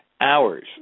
hours